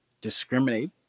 discriminate